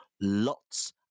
lots